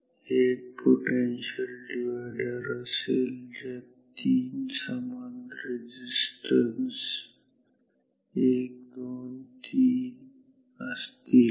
हे एक potential divider असेल ज्यात तीन समान रेजिस्टन्स 1 2 आणि 3 असतील